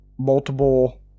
multiple